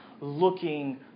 looking